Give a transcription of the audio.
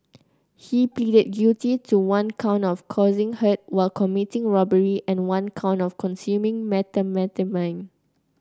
he pleaded guilty to one count of causing hurt while committing robbery and one count of consuming methamphetamine